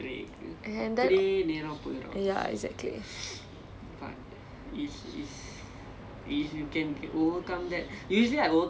yes exactly and that ya exactly